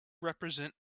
represent